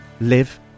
live